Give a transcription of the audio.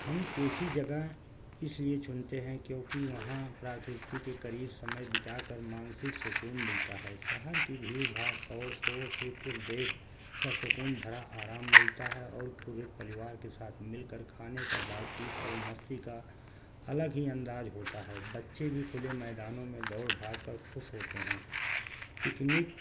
ہم ا سسی جگہ اس لیے چنتے ہیں کیوںکہ وہاں پراکرتی کے قریب سمے بتا کر مانسک سکون ملتا ہے شہر کی بھیڑ بھاڑ اور سور سے کچھ دیر کا سکون بھرا آرام ملتا ہے اور پورے پریوار کے ساتھ مل کر کھانے کا بات چیت اور مستی کا الگ ہی انداز ہوتا ہے بچے بھی کھلے میدانوں میں دوڑ بھاگ کر خوش ہوتے ہیں پکنک